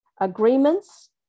agreements